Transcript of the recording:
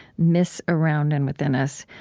miss around and within us.